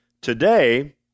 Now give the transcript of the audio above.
Today